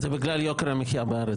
זה בגלל יוקר המחיה בארץ.